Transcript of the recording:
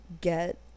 get